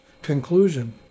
Conclusion